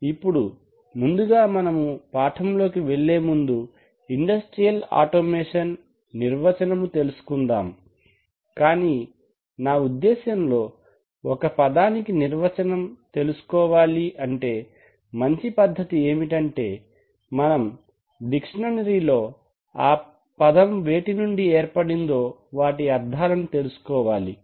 ఇప్పుడు ముందుగా మనము పాఠము లోకి వెళ్ళే ముందు ఇండస్ట్రియల్ ఆటోమేషన్ నిర్వచనము తెలుసుకుందాం కానీ నా ఉద్దేశ్యం లో ఒక పదానికి నిర్వచనం తెలుసుకోవాలంటే మంచి పద్ధతి ఏమిటంటే మనం డిక్షనరీ లో ఆ పదం వేటి నుండి ఏర్పడిందో వాటి అర్థాలను తెలుసుకోవాలి